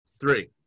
three